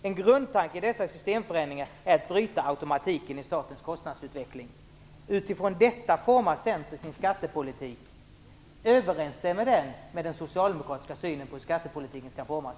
En grundtanke i dessa systemförändringar är att bryta automatiken i statens kostnadsutveckling". Utifrån detta formar Centern sin skattepolitik. Överensstämmer det med den socialdemokratiska synen på hur skattepolitiken skall formas?